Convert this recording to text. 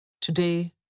Today